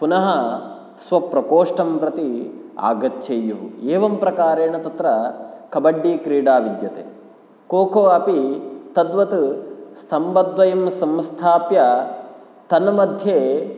पुनः स्वप्रकोष्ठं प्रति आगच्छेयुः एवं प्रकारेण तत्र कबड्डी क्रीडा विद्यते कोको अपि तद्वत् स्तम्भद्वयं संस्थाप्य तन्मध्ये